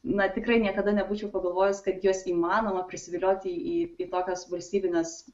na tikrai niekada nebūčiau pagalvojus kad juos įmanoma prisivilioti į į tokias valstybines